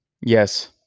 Yes